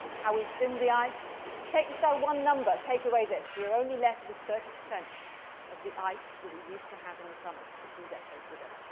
how we've thinned the ice. if you take just that one number, take away this. we're only left with thirty percent of the ice that we used to have in the summer just a few decades ago.